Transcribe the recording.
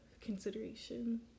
consideration